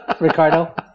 Ricardo